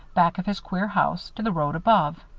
back of his queer house, to the road above.